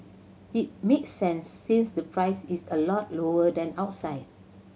it makes sense since the price is a lot lower than outside